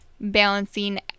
balancing